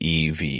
EV